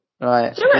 Right